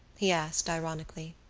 he asked ironically.